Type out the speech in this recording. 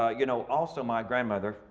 ah you know also my grandmother,